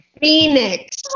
Phoenix